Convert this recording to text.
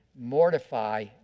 mortify